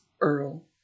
Earl